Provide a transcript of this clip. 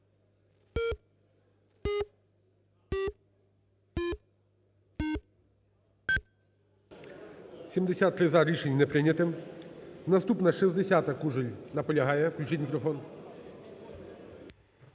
73 – за. Рішення не прийняте. Наступна, 60-а, Кужель, наполягає, включіть мікрофон.